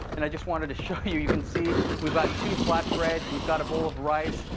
and i just wanted to show you. you can see we've got two flatbreads. we've got a bowl of rice.